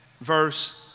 verse